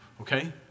Okay